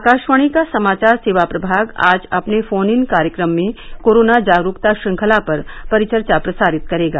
आकाशवाणी का समाचार सेवा प्रभाग आज अपने फोन इन कार्यक्रम में कोरोना जागरूकता श्रृंखला पर परिचर्चा प्रसारित करेगा